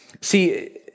See